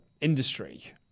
industry